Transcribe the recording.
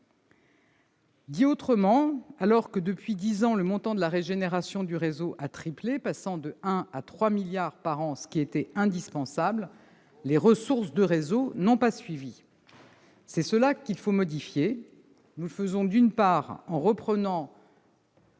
termes, alors que, depuis dix ans, le montant de la régénération du réseau a triplé, passant de 1 à 3 milliards d'euros par an, ce qui était indispensable, les ressources de SNCF Réseau n'ont pas suivi. C'est à ce décalage qu'il faut remédier. Nous le faisons, d'une part, en reprenant